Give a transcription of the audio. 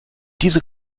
diese